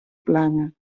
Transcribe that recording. plana